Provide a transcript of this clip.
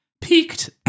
peaked